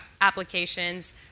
applications